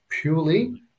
purely